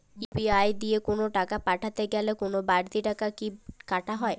UPI দিয়ে কোন টাকা পাঠাতে গেলে কোন বারতি টাকা কি কাটা হয়?